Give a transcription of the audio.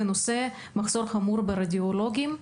בנושא מחסור חמור ברדיולוגים.